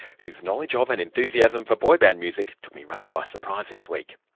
whose knowledge of, and enthusiasm for boy band music took me rather by surprise this week!